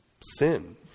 sin